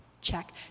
check